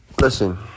Listen